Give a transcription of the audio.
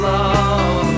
Love